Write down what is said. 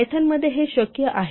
Python मध्ये हे शक्य आहे